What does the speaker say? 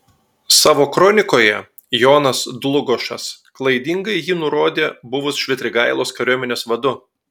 savo kronikoje jonas dlugošas klaidingai jį nurodė buvus švitrigailos kariuomenės vadu